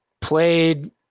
played